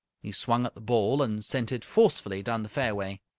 he swung at the ball, and sent it forcefully down the fairway.